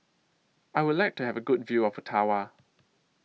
I Would like to Have A Good View of Ottawa